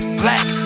black